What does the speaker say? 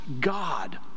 God